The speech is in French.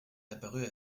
apparue